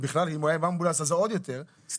ואם הוא היה באמבולנס אז עוד יותר - אז